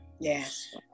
Yes